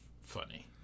funny